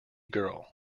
girl